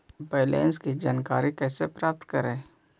Balance की जानकारी कैसे प्राप्त करे?